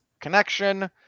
connection